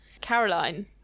Caroline